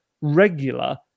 regular